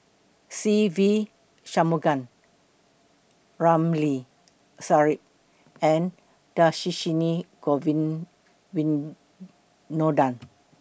Se Ve Shanmugam Ramli Sarip and Dhershini Govin Winodan